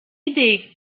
idée